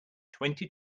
twenty